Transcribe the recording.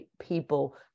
people